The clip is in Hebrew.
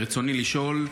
ברצוני לשאול,